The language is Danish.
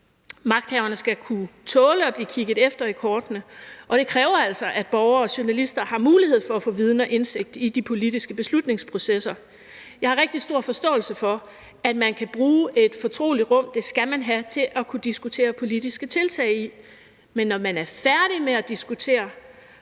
Magthaverne skal kunne tåle at blive kigget efter i kortene, og det kræver altså, at borgere og journalister har mulighed for at få viden og indsigt i de politiske beslutningsprocesser. Jeg har rigtig stor forståelse for, at man kan have brug for et fortroligt rum – og det skal man have – til at kunne diskutere politiske tiltag i. Men når man er færdig med at diskutere